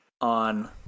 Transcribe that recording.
on